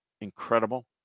Incredible